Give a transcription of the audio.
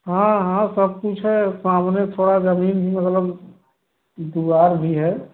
हाँ हाँ सब कुछ है और सामने थोड़ा ज़मीन भी मतलब द्वार भी है